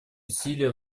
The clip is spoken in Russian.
усилия